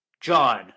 John